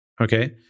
Okay